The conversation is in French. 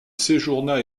séjourna